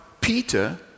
Peter